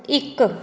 ਇੱਕ